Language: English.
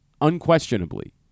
unquestionably